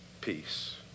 peace